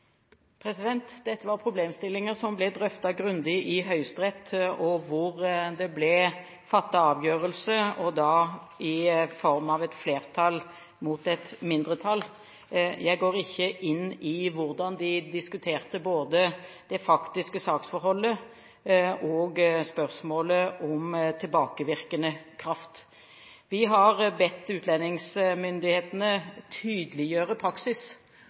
Dette var problemstillinger som ble drøftet grundig i Høyesterett, og det ble fattet avgjørelse i form av et flertall mot et mindretall. Jeg går ikke inn i verken hvordan de diskuterte det faktiske saksforholdet eller spørsmålet om tilbakevirkende kraft. Vi har bedt utlendingsmyndighetene tydeliggjøre praksis,